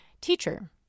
Teacher